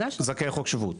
זכאי חוק שבות.